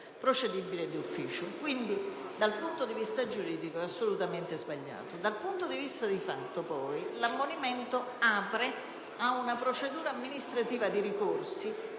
Dal punto di vista giuridico è assolutamente sbagliato. Da un punto di vista di fatto, poi, l'ammonimento apre a procedure amministrative di ricorso